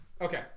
Okay